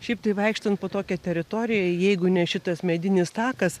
šiaip tai vaikštant po tokią teritoriją jeigu ne šitas medinis takas